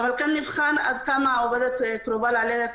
נבחן עד כמה העובדת קרובה ללדת,